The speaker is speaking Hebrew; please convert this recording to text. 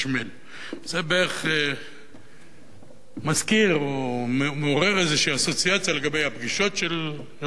זה בערך מזכיר או מעורר איזו אסוציאציה לגבי הפגישות של ראש הממשלה,